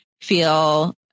feel